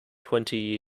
twenty